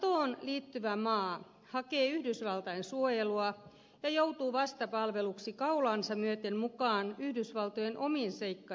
natoon liittyvä maa hakee yhdysvaltain suojelua ja joutuu vastapalveluksi kaulaansa myöten mukaan yhdysvaltojen omiin selkkauksiin